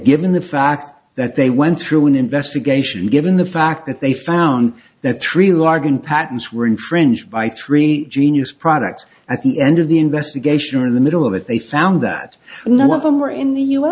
given the fact that they went through an investigation given the fact that they found that three large in patents were infringed by three genius products at the end of the investigation or in the middle of it they found that none of them were in the u